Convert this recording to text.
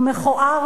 הוא מכוער,